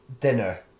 dinner